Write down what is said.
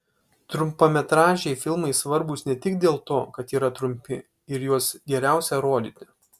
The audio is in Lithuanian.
trumpametražiai filmai svarbūs ne tik dėl to kad yra trumpi ir juos geriausia rodyti